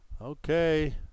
Okay